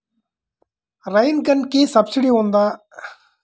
Rain గన్కి subsidy ఉందా?